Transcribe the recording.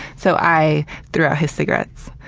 so, i threw out his cigarettes.